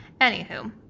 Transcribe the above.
anywho